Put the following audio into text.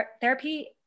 therapy